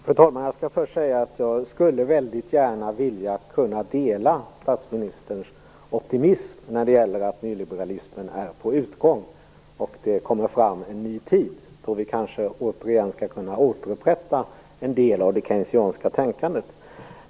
Fru talman! Jag skulle väldigt gärna vilja dela statsministerns optimism om att nyliberalismen är på utgång och att det skall komma fram en ny tid då vi kanske återigen skall kunna återupprätta en del av det keynesianska tänkandet.